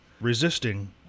resisting